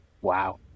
wow